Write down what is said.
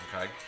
Okay